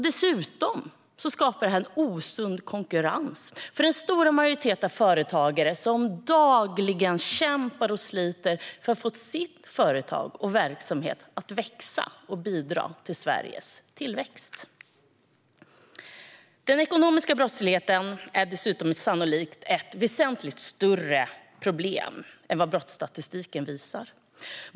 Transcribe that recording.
Dessutom skapar det en osund konkurrens för den stora majoritet av företagare som dagligen kämpar och sliter för att få sitt företag och sin verksamhet att växa och bidra till Sveriges tillväxt. Den ekonomiska brottsligheten är dessutom sannolikt ett väsentligt större problem än vad brottsstatistiken visar.